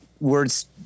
words